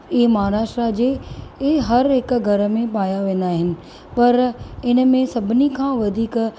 ऐं महाराष्ट्र जे ऐं हर हिक घरु में पाया वेंदा आहिनि पर इनमें सभिनी खां वधीक